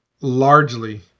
largely